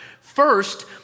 First